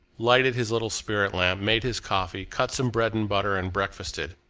lighted his little spirit lamp, made his coffee, cut some bread and butter, and breakfasted.